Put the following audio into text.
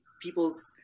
people's